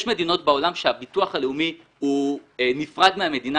יש מדינות בעולם שבהן הביטוח הלאומי הוא נפרד מהמדינה.